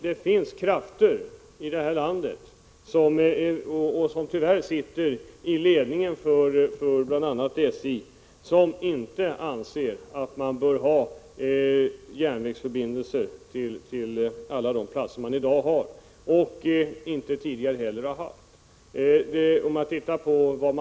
Det finns dock krafter här i landet som, tyvärr, finns i ledningen för bl.a. SJ och som inte anser att man bör ha kvar alla de järnvägsförbindelser som finns i dag.